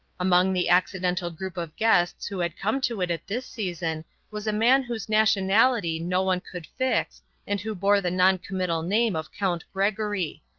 among the accidental group of guests who had come to it at this season was a man whose nationality no one could fix and who bore the non-committal name of count gregory.